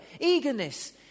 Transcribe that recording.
eagerness